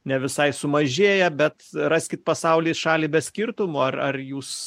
ne visai sumažėja bet raskit pasauly šalį be skirtumo ar ar jūs